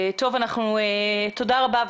תודה רבה.